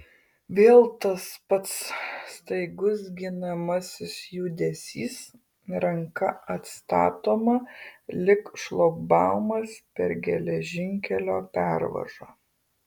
vėl tas pats staigus ginamasis judesys ranka atstatoma lyg šlagbaumas per geležinkelio pervažą